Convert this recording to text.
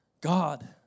God